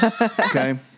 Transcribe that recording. Okay